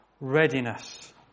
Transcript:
Readiness